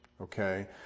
Okay